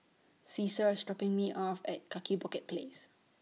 Caesar IS dropping Me off At Kaki Bukit Place